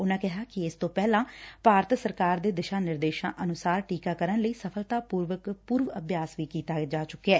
ਉਨੂਾ ਕਿਹਾ ਕਿ ਇਸ ਤੋਂ ਪਹਿਲਾਂ ਭਾਰਤ ਸਰਕਾਰ ਦੇ ਦਿਸ਼ਾ ਨਿਰਦੇਸ਼ਾ ਅਨੁਸਾਰ ਟੀਕਾਕਰਨ ਲਈ ਸਫਲਤਾਪੂਰਵਕ ਪੂਰਵ ਅਭਿਆਸ ਵੀ ਕੀਤਾ ਜਾ ਚੁਕਿਐ